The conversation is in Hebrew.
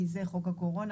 כי זה חוק הקורונה.